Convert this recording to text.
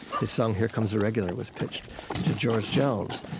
his song here comes a regular was pitched to george jones.